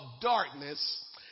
darkness